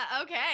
Okay